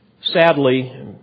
Sadly